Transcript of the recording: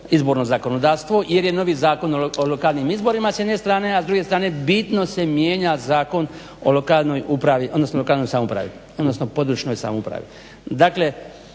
izborno zakonodavstvo jer je novi Zakon o lokalnim izborima s jedne strane, a s druge strane bitno se mijenja Zakon o lokalnoj upravi odnosno područnoj samoupravi.